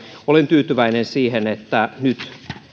olen tyytyväinen siihen että nyt